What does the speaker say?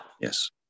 Yes